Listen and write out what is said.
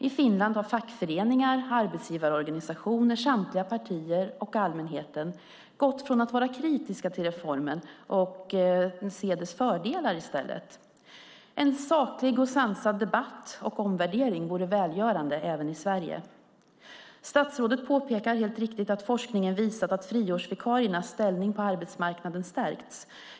I Finland har fackföreningar, arbetsgivarorganisationer, samtliga partier och allmänheten gått från att vara kritiska till reformen till att i stället se dess fördelar. En saklig och sansad debatt och omvärdering vore välgörande även i Sverige. Statsrådet påpekar helt riktigt att forskningen visat att friårsvikariernas ställning på arbetsmarknaden stärks.